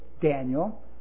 Daniel